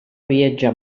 viatjar